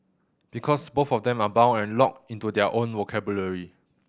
because both of them are bound and locked into their own vocabulary